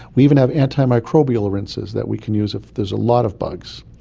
we even have antimicrobial rinses that we can use if there's a lot of bugs,